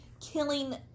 killing